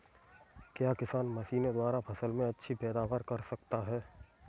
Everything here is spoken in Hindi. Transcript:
क्या किसान मशीनों द्वारा फसल में अच्छी पैदावार कर सकता है?